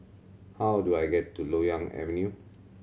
how do I get to Loyang Avenue